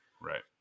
Right